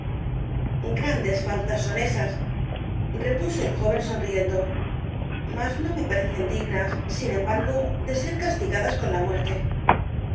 tranquilidad grandes faltas son ésas repuso el joven sonriendo mas no me parecen dignas sin embargo de ser castigadas con la muerte